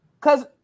cause